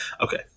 Okay